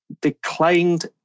declined